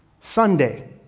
Sunday